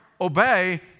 obey